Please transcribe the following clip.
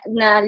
na